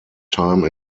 time